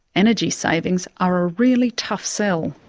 energy savings are a really tough sell.